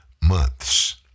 months